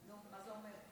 מה זה אומר?